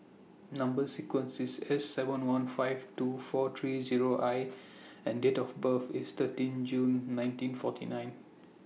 Number sequence IS S seven one five two four three Zero I and Date of birth IS thirteen June nineteen forty nine